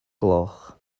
gloch